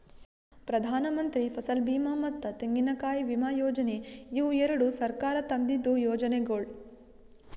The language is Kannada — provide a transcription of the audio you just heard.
ಪ್ರಧಾನಮಂತ್ರಿ ಫಸಲ್ ಬೀಮಾ ಮತ್ತ ತೆಂಗಿನಕಾಯಿ ವಿಮಾ ಯೋಜನೆ ಇವು ಎರಡು ಸರ್ಕಾರ ತಂದಿದ್ದು ಯೋಜನೆಗೊಳ್